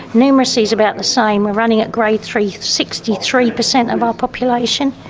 numeracy is about the same, we are running at grade three, sixty three percent of our population,